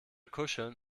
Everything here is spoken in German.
kuscheln